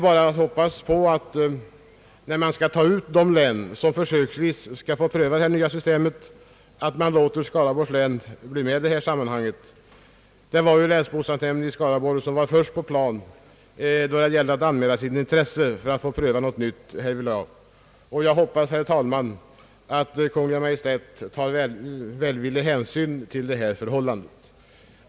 Jag hoppas att Skaraborgs län blir ett av de län som försöksvis skall få pröva detta system; det var ju länsbostadsnämnden där som var först på plan med att anmäla sitt intresse att pröva något nytt härvidlag. Jag hoppas, herr talman, att Kungl. Maj:t tar välvillig hänsyn till detta förhållande.